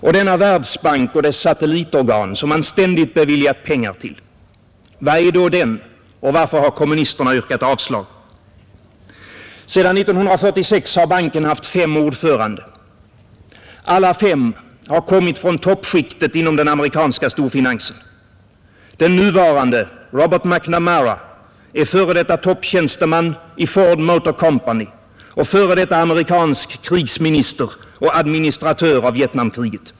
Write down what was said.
Och denna Världsbank och dess satellitorgan, som man ständigt beviljat pengar till, vad är den, och varför har kommunisterna yrkat avslag? Sedan 1946 har banken haft fem ordförande. Alla fem har kommit från toppskikt inom den amerikanska storfinansen. Den nuvarande, Robert McNamara, är f. d. topptjänsteman i Ford Motor Company och f.d. amerikansk krigsminister och administratör av Vietnamkriget.